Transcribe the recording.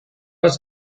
was